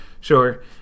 sure